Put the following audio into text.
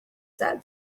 said